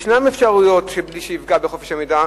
יש אפשרויות שזה יהיה בלי שהוא יפגע בחופש המידע.